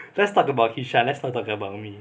so let's talk about kishan let's talk about me